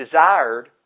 desired